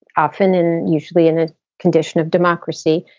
often and usually in a condition of democracy.